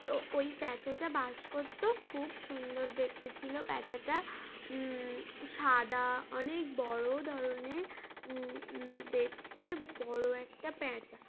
তো ওই প্যাঁচাটা বাস করতো খুব সুন্দর দেখতে ছিলো প্যাঁচাটা সাদা অনেক বড়ো ধরনের দেখতে বড়ো একটা প্যাঁচা